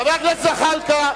חבר הכנסת זחאלקה,